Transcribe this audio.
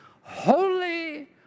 holy